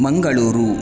Mangaluru